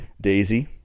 Daisy